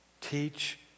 teach